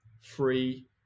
free